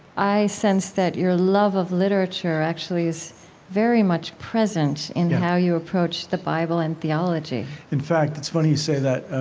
i sense that your love of literature actually is very much present in how you approach the bible and theology in fact, it's funny you say that,